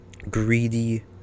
greedy